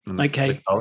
Okay